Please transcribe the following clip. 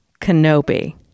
Kenobi